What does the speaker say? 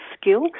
skill